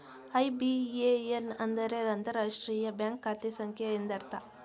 IBAN ಅಂದರೆ ಅಂತರರಾಷ್ಟ್ರೀಯ bank ಖಾತೆ ಸಂಖ್ಯೆ ಎಂದರ್ಥ